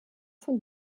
von